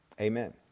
Amen